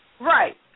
Right